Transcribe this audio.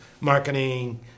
marketing